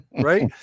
Right